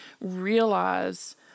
realize